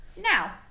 now